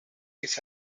his